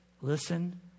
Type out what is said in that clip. Listen